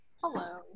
Hello